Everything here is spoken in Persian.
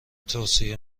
توصیه